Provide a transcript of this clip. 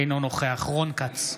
אינו נוכח רון כץ,